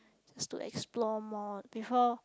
still explore more before